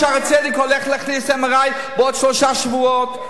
"שערי צדק" הולך להכניס MRI בעוד שלושה שבועות.